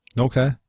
Okay